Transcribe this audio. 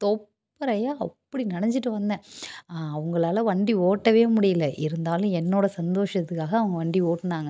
தொப்பறையாக அப்படி நனஞ்சிட்டு வந்தேன் அவங்களால் வண்டி ஓட்டவே முடியல இருந்தாலும் என்னோடய சந்தோஷத்துக்காக அவங்க வண்டி ஓட்டினாங்க